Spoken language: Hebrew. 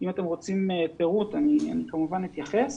אם אתם רוצים פירוט, אני כמובן אתייחס.